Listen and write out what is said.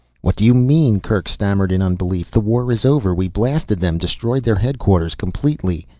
what do you mean? kerk stammered in unbelief. the war is over we blasted them, destroyed their headquarters completely.